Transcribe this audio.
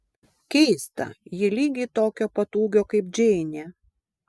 keista ji lygiai tokio pat ūgio kaip džeinė